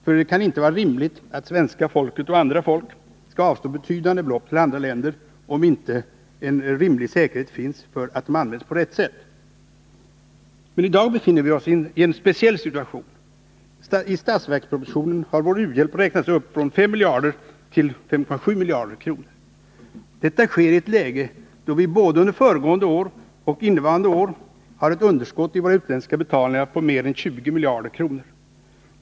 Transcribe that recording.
För det kan inte vara rimligt att svenska folket och andra folk skall avstå betydande belopp till andra länder om det inte finns en rimlig säkerhet för att de används på rätt sätt. Men i dag befinner vi oss i en speciell situation. I statsverkspropositionen har vår u-hjälp räknats upp från 5 miljarder kronor till 5,7 miljarder kronor. Detta sker i ett läge då vi både under föregående år och innevarande år har ett underskott i våra utländska betalningar på mer än 20 miljarder kronor.